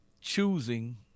choosing